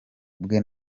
bwe